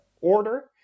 order